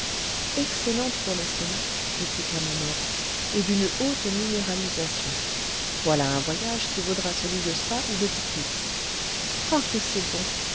excellente pour l'estomac répliqua mon oncle et d'une haute minéralisation voilà un voyage qui vaudra celui de spa ou de toeplitz ah que c'est bon